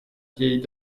vieilles